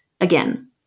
again